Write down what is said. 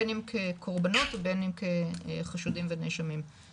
בין אם כקורבנות ובין אם כחשודים ונאשמים,